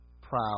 proud